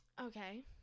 Okay